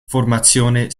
formazione